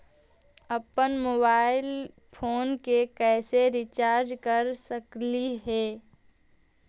अप्पन mobile phone के कैसे रिचार्ज कर सकली हे?